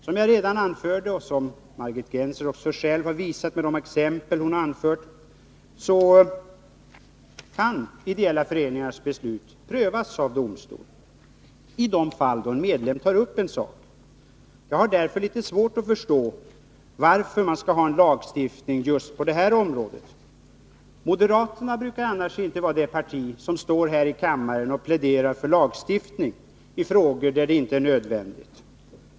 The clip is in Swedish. Som jag redan anfört, och som Margit Gennser också själv har visat med de exempel hon har anfört, kan ideella föreningars beslut prövas av domstol i de fall då en medlem tar upp en sak. Jag har därför litet svårt att förstå varför man skall ha en lagstiftning just på det här området. Moderata samlingspartiet brukar annars inte vara det parti som står här i kammaren och pläderar för lagstiftning i frågor där det inte nödvändigt.